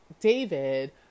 David